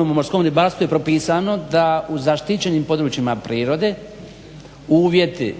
o morskom ribarstvu je propisano da u zaštićenim područjima prirode uvjeti